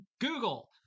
Google